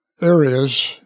areas